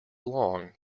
long